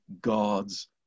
God's